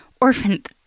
orphaned